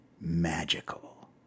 Magical